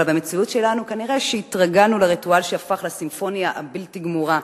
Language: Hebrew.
אבל במציאות שלנו כנראה התרגלנו לריטואל שהפך לסימפוניה הבלתי-גמורה,